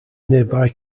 nearby